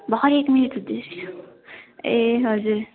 भर्खर एक मिनट हुँदैछ ए हजुर